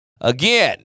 again